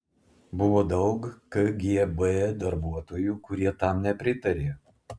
buvo daug kgb darbuotojų kurie tam nepritarė